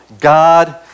God